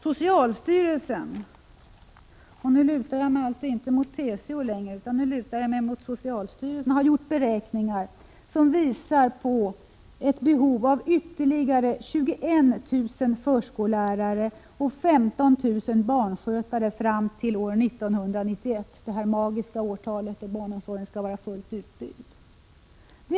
Socialstyrelsen har gjort beräkningar — nu lutar jag mig alltså inte längre mot TCO — som visar på ett behov av ytterligare 21 000 7 förskollärare och 15 000 barnskötare fram till år 1991, det magiska årtalet då barnomsorgen skall vara fullt utbyggd.